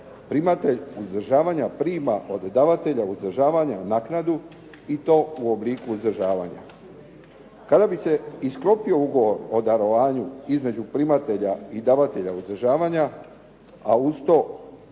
primatelj uzdržavanja prima od davatelja uzdržavanja naknadu i to u obliku uzdržavanja. Kada bi se i sklopio ugovor o darovanju između primatelja i davatelja uzdržavanja, a uz to